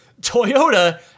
Toyota